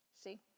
See